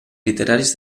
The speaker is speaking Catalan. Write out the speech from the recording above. literaris